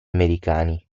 americani